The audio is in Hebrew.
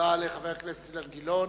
תודה לחבר הכנסת אילן גילאון.